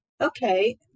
Okay